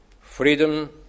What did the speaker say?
freedom